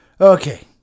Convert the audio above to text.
Okay